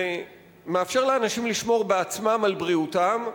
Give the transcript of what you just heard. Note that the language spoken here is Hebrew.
זה מאפשר לאנשים לשמור בעצמם על בריאותם,